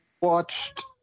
watched